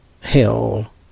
hell